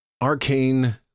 Arcane